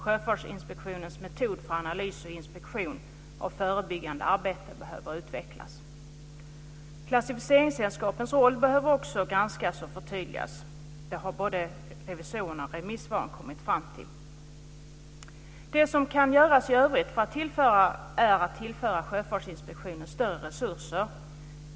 Sjöfartsinspektionens metod för analys och inspektion av förebyggande arbete behöver utvecklas. Klassificeringssällskapens roll behöver också granskas och förtydligas. Det har både revisorerna och remissvaren kommit fram till. Det som kan göras i övrigt är att tillföra Sjöfartsinspektionen större resurser.